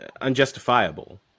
unjustifiable